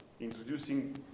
Introducing